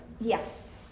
Yes